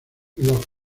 los